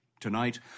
Tonight